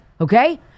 Okay